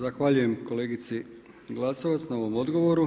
Zahvaljujem kolegici Glasovac na ovom odgovoru.